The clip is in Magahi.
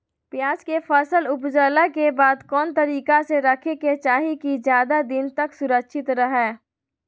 प्याज के फसल ऊपजला के बाद कौन तरीका से रखे के चाही की ज्यादा दिन तक सुरक्षित रहय?